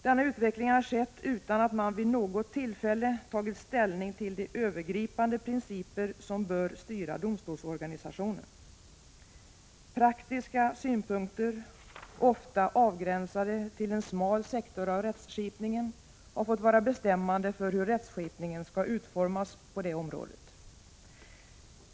Denna utveckling har skett utan att man vid något tillfälle tagit ställning till de övergripande principer som bör styra domstolsorganisationen. Praktiska synpunkter, ofta avgränsade till en smal sektor av rättskipningen, har fått vara bestämmande för hur rättskipningen skall utformas på det området.